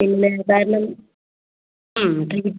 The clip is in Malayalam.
പിന്നെ കാരണം ഉം